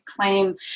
claim